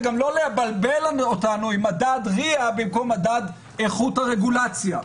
וגם לא לבלבל אותנו עם מדד RIA במקום מדד איכות הרגולציה,